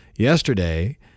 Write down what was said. Yesterday